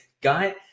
guy